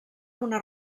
una